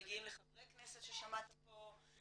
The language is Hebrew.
מגיעים לחברי כנסת ששמעת פה.